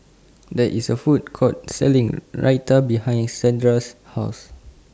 There IS A Food Court Selling Raita behind Casandra's House